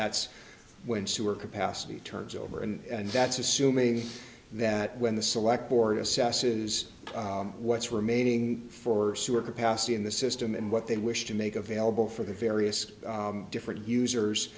that's when sewer capacity turns over and that's assuming that when the select board assesses what's remaining for sewer capacity in the system and what they wish to make available for the various different users